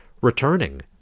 returning